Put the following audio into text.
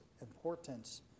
importance